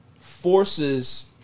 forces